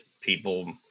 people